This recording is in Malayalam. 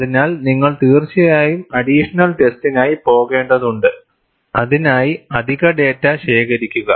അതിനാൽ നിങ്ങൾ തീർച്ചയായും അഡിഷണൽ ടെസ്സിനായി പോകേണ്ടതുണ്ട് അതിനായി അധിക ഡാറ്റ ശേഖരിക്കുക